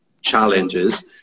challenges